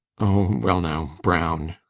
well now brown,